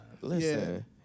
Listen